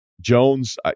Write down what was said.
Jones